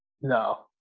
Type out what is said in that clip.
No